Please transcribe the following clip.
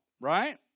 right